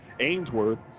Ainsworth